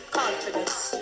confidence